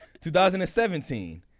2017